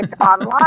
online